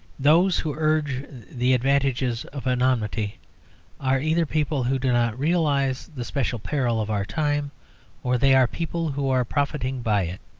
those who urge the advantages of anonymity are either people who do not realise the special peril of our time or they are people who are profiting by it.